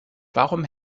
warum